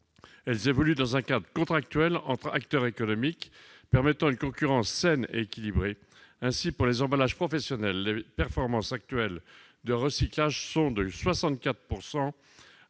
Elles évoluent dans un cadre contractuel, entre acteurs économiques, permettant une concurrence saine et équilibrée. Ainsi, pour les emballages professionnels, les performances actuelles de recyclage sont de 64